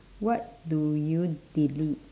what do you delete